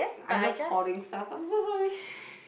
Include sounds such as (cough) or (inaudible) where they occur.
I love hoarding stuff I'm so sorry (breath)